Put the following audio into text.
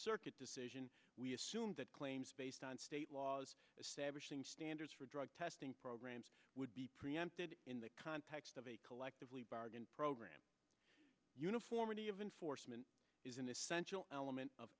circuit decision we assume that claims based on state laws establishing standards for drug testing programs would be preempted in the context of a collectively bargain program uniformity of enforcement is an essential element of